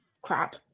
crap